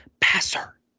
passer